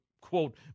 quote